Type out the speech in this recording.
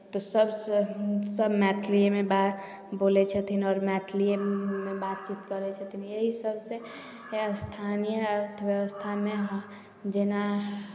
तऽ सभसँ हमसभ मैथलिएमे बात बोलै छथिन आओर मैथलिएमे बातचीत करै छथिन यही सभसँ स्थानीय अर्थव्यवस्थामे जेना